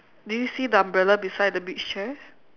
do you see the umbrella beside the beach chair